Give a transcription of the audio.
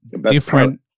different